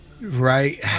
Right